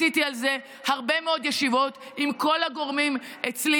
עשיתי על זה הרבה מאוד ישיבות עם כל הגורמים אצלי,